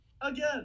Again